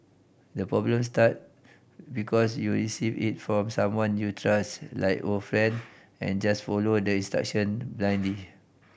the problem start because you receive it from someone you trust like old friend and just follow the instruction blindly